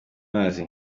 mazi